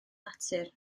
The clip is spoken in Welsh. natur